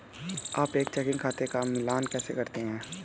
आप एक चेकिंग खाते का मिलान कैसे करते हैं?